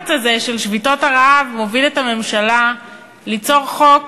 הלחץ הזה של שביתות הרעב מוביל את הממשלה ליצור חוק,